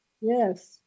Yes